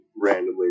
randomly